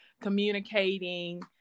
communicating